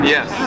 Yes